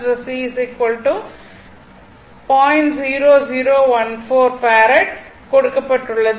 0014 ஃபாரட் கொடுக்கப்பட்டுள்ளது